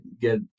get